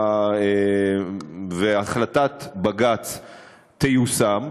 והחלטת בג"ץ תיושם.